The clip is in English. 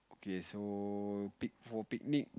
okay so pick for picnic